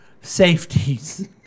safeties